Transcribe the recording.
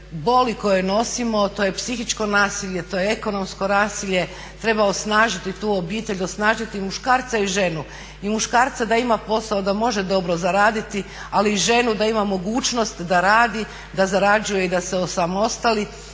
boli koje nosimo, to je psihičko nasilje, to je ekonomsko nasilje. Treba osnažiti tu obitelj, osnažiti muškarca i ženu. I muškarca da ima posao, da može dobro zaraditi, ali i ženu da ima mogućnost da radi, da zarađuje i da se osamostali